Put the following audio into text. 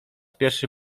pierwszy